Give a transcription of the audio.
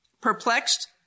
perplexed